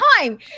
time